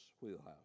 wheelhouse